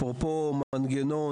אפרופו מנגנון,